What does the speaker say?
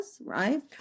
right